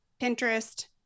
Pinterest